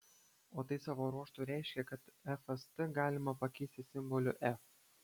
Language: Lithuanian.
o tai savo ruožtu reiškia kad fst galima pakeisti simboliu f